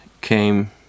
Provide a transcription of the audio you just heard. came